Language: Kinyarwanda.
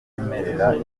yemerera